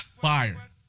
Fire